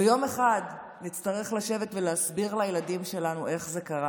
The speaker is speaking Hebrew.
ויום אחד נצטרך לשבת ולהסביר לילדים שלנו איך זה קרה,